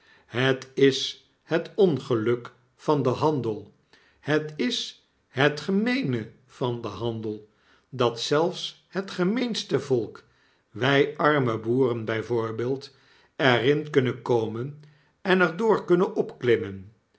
het is het ongeluk van den handel het is het gemeene van den handel dat zelfs het gemeenste volk wy arme boeren by voorbeeld er in kunnen koraen en er door kunnen opklimmen